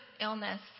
illness